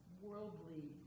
worldly